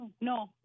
no